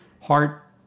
heart